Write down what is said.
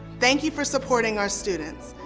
thank you for supporting our students.